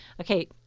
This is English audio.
Okay